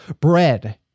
bread